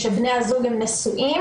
שבני הזוג נשואים,